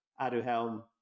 Aduhelm